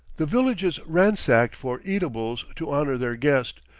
the village is ransacked for eatables to honor their guest,